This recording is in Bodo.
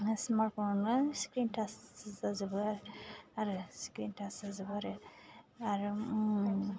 स्मार्टफनावनो स्क्रिन टास जाजोबो आरो स्क्रिन टास जाजोबो आरो आरो